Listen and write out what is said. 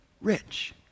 rich